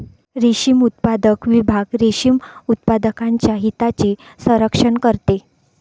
रेशीम उत्पादन विभाग रेशीम उत्पादकांच्या हितांचे संरक्षण करते